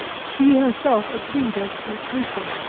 she herself agreed as to its wisdom,